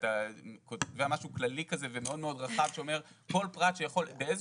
ואתה קובע משהו כללי כזה ומאוד מאוד רחב שאומר שכל פרט שיכול באיזה